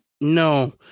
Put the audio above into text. no